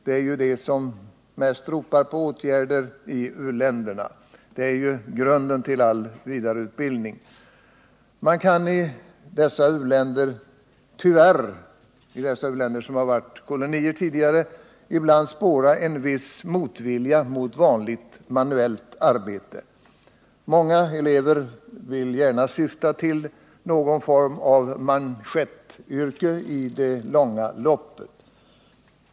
Det är ju på det området man mest ropar på åtgärder i u-länderna. Alfabetisering är ju grunden till all vidare utbildning. Man kan i de u-länder som tidigare har varit kolonier ibland tyvärr spåra en viss motvilja mot vanligt manuellt arbete. Många elever vill gärna ha utbildning som i det långa loppet syftar till något slags manschettyrke.